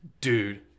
Dude